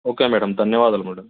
okay madam ధన్యవాదాలు madam